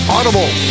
Audible